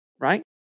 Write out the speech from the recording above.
right